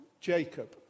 Jacob